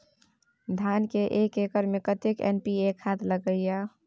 धान के एक एकर में कतेक एन.पी.ए खाद लगे इ?